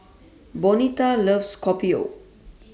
Bonita loves Kopi O